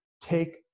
take